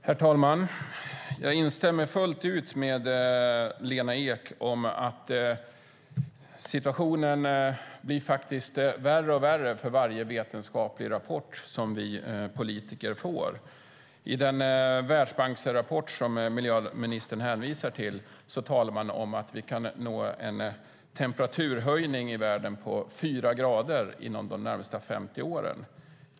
Herr talman! Jag instämmer fullt ut med Lena Ek om att situation blir värre och värre för varje vetenskaplig rapport som vi politiker får. I den Världsbanksrapport som miljöministern hänvisar till talar man om att vi kan nå en temperaturhöjning i världen på fyra grader inom de närmaste 50 åren.